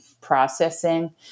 processing